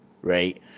right